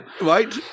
right